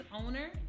owner